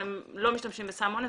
אבל הם לא משתמשים בסם אונס.